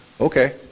Okay